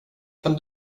kan